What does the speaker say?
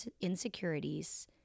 insecurities